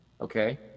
Okay